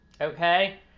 Okay